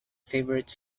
favourite